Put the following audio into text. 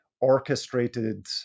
orchestrated